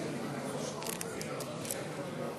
ההצעה התקבלה.